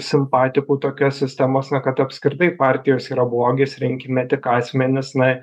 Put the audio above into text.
simpatikų tokios sistemos na kad apskritai partijos yra blogis rinkime tik asmenis na